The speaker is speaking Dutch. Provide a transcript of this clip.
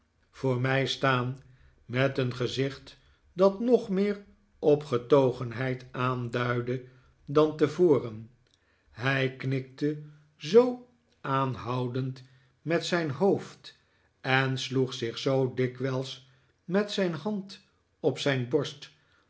voor mij staan met een gezicht dat nog meer opgetogenheid aanduidde dan tevoren hij knikte zoo aanhoudend met zijn hoofd en sloeg zich zoo dikwijls met zijn hand op zijn borst